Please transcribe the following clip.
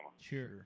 Sure